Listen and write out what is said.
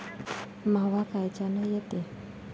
मावा कायच्यानं येते?